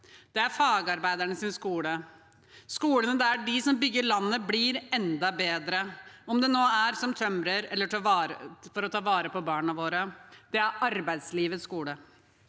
Det er fagarbeidernes skoler, skolene der de som bygger landet, blir enda bedre, om det nå er som tømrer eller til å ta vare på barna våre. Det er arbeidslivets skole.